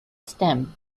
stem